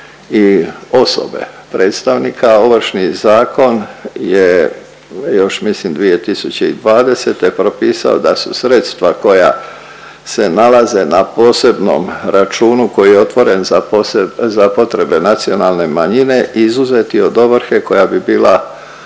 i osobe predstavnika Ovršni zakon je još mislim 2020. propisao da su sredstva koja se nalaze na posebnom računu koji je otvoren za potrebe nacionalne manjine izuzeti od ovrhe koja bi bila